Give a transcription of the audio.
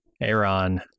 Aaron